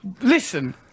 Listen